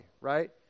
right